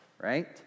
Right